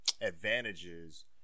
Advantages